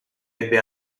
ebbe